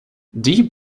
deep